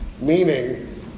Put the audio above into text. meaning